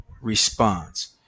response